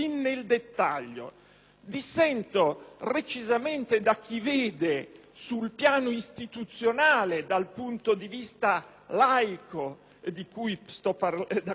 dissento recisamente da chi vede sul piano istituzionale, dal punto di vista laico, da cui sto parlando,